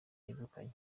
yegukanye